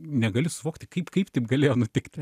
negali suvokti kaip kaip taip galėjo nutikt